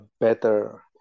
better